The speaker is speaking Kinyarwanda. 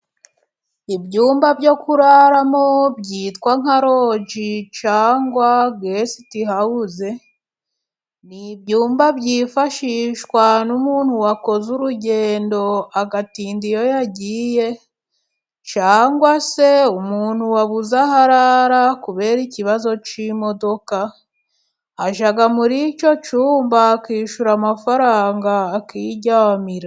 Ibyumba byo kuraramo byitwa nka roji cyangwa Guest House, ni ibyumba byifashishwa n'umuntu wakoze urugendo agatinda iyo yagiye, cyangwa se umuntu wabuze aho arara kubera ikibazo cy'imodoka, ajya muri icyo cyumba akishyura amafaranga akiryamira.